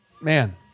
man